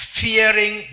fearing